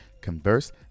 converse